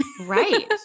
Right